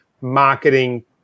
marketing